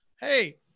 Hey